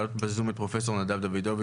חברי הכנסת גבי לסקי,